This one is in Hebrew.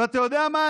ואתה יודע מה?